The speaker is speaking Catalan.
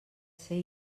ser